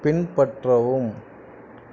பின்பற்றவும்